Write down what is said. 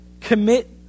Commit